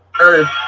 earth